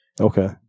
Okay